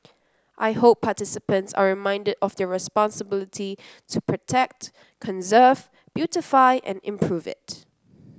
I hope participants are reminded of their responsibility to protect conserve beautify and improve it